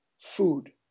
Food